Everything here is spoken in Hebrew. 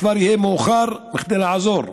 כבר יהיה מאוחר מכדי לעזור.